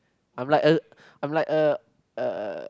I'm like uh I'm like uh